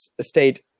state